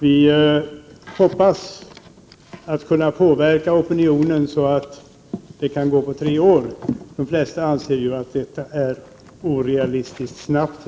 Vi hoppas dock att kunna påverka opinionen så att detta är möjligt inom tre år. De flesta anser ju att även det är orealistiskt snabbt.